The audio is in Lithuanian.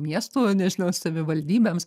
miestų nežinau savivaldybėms